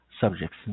subjects